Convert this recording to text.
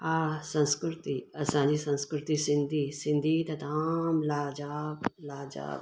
हा संस्कृति असांजी संस्कृति सिंधी सिंधी त जाम लाजाब लाजाब आहे